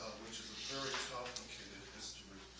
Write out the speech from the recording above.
which is a very complicated history